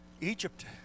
Egypt